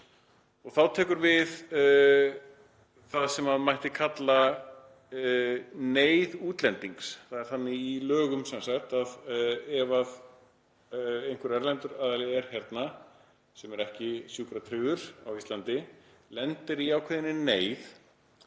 Þá tekur við það sem mætti kalla neyð útlendings. Það er þannig í lögum sem sagt að ef einhver erlendur aðili er hérna sem er ekki sjúkratryggður á Íslandi og lendir í ákveðinni neyð